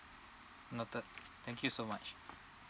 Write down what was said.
noted thank you so much